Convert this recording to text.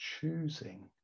choosing